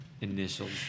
initials